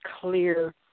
clear